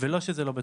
ולא שזה לא בתוקף.